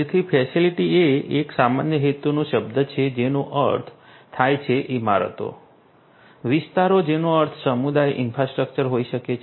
તેથી ફેસિલિટી એ એક સામાન્ય હેતુનો શબ્દ છે જેનો અર્થ થાય છે ઇમારતો વિસ્તારો જેનો અર્થ સમુદાય ઇન્ફ્રાસ્ટ્રક્ચર હોઈ શકે છે